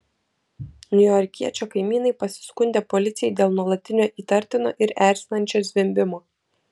niujorkiečio kaimynai pasiskundė policijai dėl nuolatinio įtartino ir erzinančio zvimbimo